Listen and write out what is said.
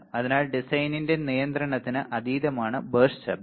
അതിനാൽ ഡിസൈനിന്റെ നിയന്ത്രണത്തിന് അതീതമാണ് ബർസ്റ്റ് ശബ്ദം